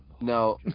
No